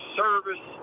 service